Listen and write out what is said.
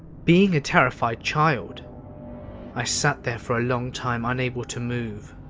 being a terrified child i sat there for a long time unable to move.